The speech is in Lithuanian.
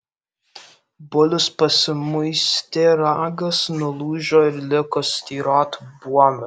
bulius pasimuistė ragas nulūžo ir liko styrot buome